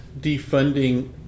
defunding